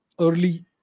early